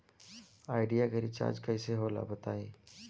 Idea के recharge कइसे होला बताई?